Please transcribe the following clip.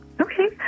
Okay